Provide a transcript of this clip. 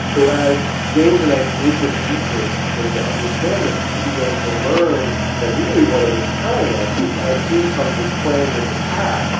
so as james and i did this research and started to understand this we began to learn that really what it was telling us is as steampunk was playing with the past,